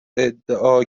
ادعا